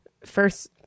first